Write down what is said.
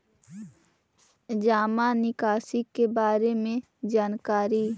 जामा निकासी के बारे में जानकारी?